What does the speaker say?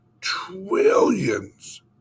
trillions